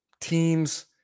teams